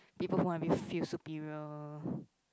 people who wanna be feel superior